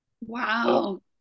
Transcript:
Wow